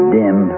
dim